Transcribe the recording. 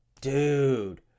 dude